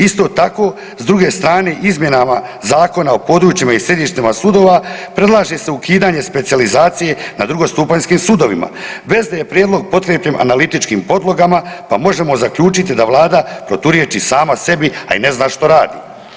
Isto tako, s druge strane izmjenama Zakona o područjima i sjedištima sudova predlaže se ukidanje specijalizacije na drugostupanjskim sudovima bez da je prijedlog potkrijepljen analitičkim podlogama, pa možemo zaključiti da Vlada proturječi sama sebi, a i ne zna što radi.